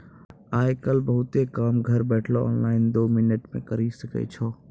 आय काइल बहुते काम घर बैठलो ऑनलाइन दो मिनट मे करी सकै छो